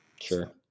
Sure